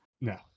No